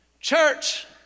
Church